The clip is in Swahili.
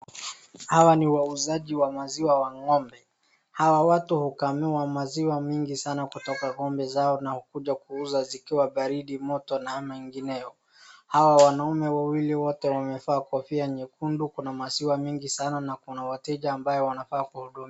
Hawa ni wauzaji wa maziwa wa ng'ombe. Hawa watu hukamua maziwa mingi sana kutoka ng'ombe zao na kuja kuuza zikiwa baridi, moto na ama ingineyo. Hawa wanaume wawili wote wamevaa kofia nyekundu. Kuna maziwa mingi sana na kuna wateja ambaye wanafaa kuhudumia.